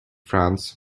france